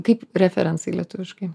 kaip referensai lietuviškai